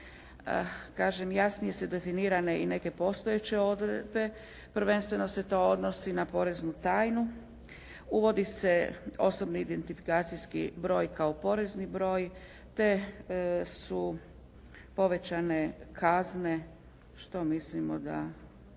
Kažem jasnije su definirane i neke postojeće odredbe. Prvenstveno se to odnosi na poreznu tajnu. Uvodi se osobni identifikacijski broj kao porezni broj te su povećane kazne što mislimo da